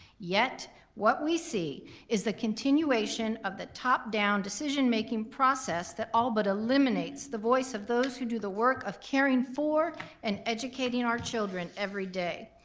yet what we see is the continuation of the top-down decision making process that all but eliminates the voice of those who do the work of caring for and educating our children every day.